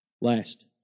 Last